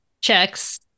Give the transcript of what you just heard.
checks